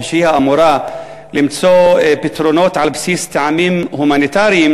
ושהיא האמורה למצוא פתרונות על בסיס טעמים הומניטריים,